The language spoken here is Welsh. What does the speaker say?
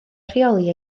rheoli